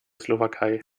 slowakei